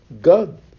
God